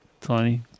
tiny